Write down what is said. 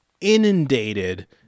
inundated